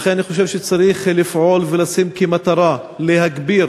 ולכן אני חושב שצריך לפעול ולשים למטרה להגביר